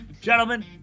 Gentlemen